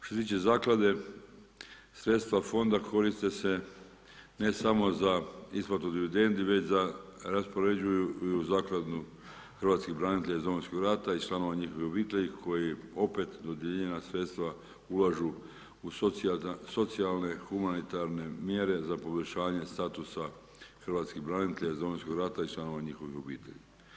Što se tiče zaklade, sredstva fonda koriste se ne samo za isplatu dividendu već za raspoređuju i u Zakladu Hrvatskih branitelja iz Domovinskog rata i članova njihovih obitelji koji opet dodijeljena sredstva ulažu u socijalne humanitarne mjere za poboljšanje statusa Hrvatski branitelja iz Domovinskog rata i članova njihovih obitelji.